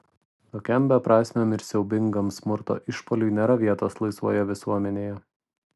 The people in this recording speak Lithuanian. tokiam beprasmiam ir siaubingam smurto išpuoliui nėra vietos laisvoje visuomenėje